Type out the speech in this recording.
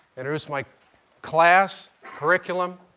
introduce my class curriculum